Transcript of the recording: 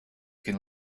can